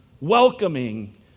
Welcoming